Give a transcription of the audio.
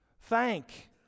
thank